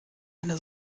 eine